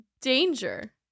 danger